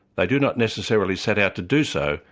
they do not necessarily set out to do so,